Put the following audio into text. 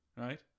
right